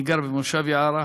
אני גר במושב יערה,